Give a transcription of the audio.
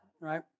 Right